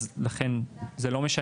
אז לכן, זה לא משנה.